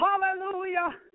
Hallelujah